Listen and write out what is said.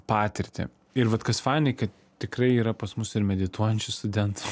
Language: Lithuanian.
patirtį ir vat kas fanai kad tikrai yra pas mus ir medituojančių studentų